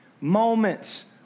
moments